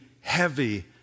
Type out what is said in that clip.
heavy